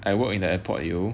I work in the airport yo